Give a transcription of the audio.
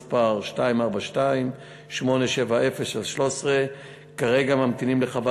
מס' 242870/13. כרגע ממתינים לחוות